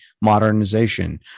modernization